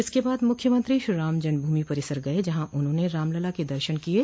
इसके बाद मुख्यमंत्री श्रीराम जन्मभूमि परिसर गये जहां उन्होंने रामलला के दर्शन किये